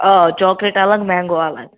آ چاکلیٹ الگ مٮ۪نٛگو الگ